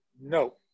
No